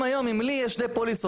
גם היום אם לי יש שתי פוליסות,